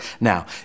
now